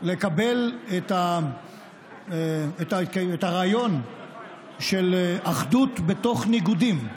לקבל את הרעיון של אחדות בתוך ניגודים.